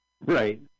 Right